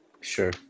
Sure